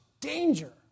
Danger